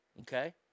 Okay